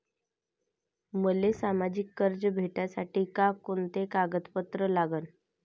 मले मासिक कर्ज भेटासाठी का कुंते कागदपत्र लागन?